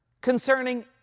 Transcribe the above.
concerning